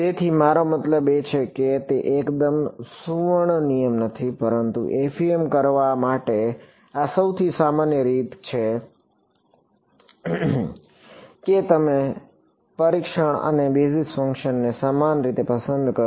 તેથી મારો મતલબ એ છે કે તે એકદમ સુવર્ણ નિયમ નથી પરંતુ FEM કરવા માટેની આ સૌથી સામાન્ય રીત છે કે તમે પરીક્ષણ અને બેઝીસ ફંક્શનને સમાન રીતે પસંદ કરો